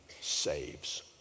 saves